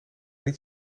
niet